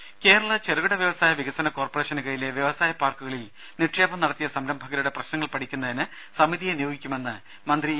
രുമ കേരള ചെറുകിട വ്യവസായ വികസന കോർപ്പറേഷന് കീഴിലെ വ്യവസായ പാർക്കുകളിൽ നിക്ഷേപം നടത്തിയ സംരംഭകരുടെ പ്രശ്നങ്ങൾ പഠിക്കുന്നതിന് സമിതിയെ നിയോഗിക്കുമെന്ന് മന്ത്രി ഇ